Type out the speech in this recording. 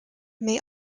may